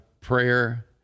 prayer